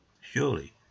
surely